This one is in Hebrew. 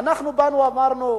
אנחנו באנו ואמרנו: